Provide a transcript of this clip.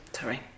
sorry